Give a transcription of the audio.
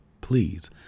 Please